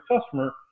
customer